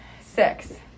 six